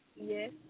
yes